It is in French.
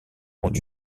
ont